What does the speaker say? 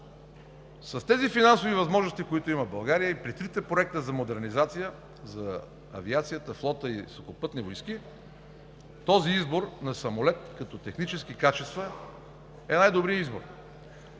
С тези финансови възможности, които има България, и при трите проекта за модернизация на авиацията, флота и сухопътните войски, този избор на самолет като технически качества е най добрият избор.